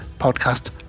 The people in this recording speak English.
podcast